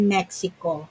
Mexico